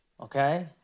Okay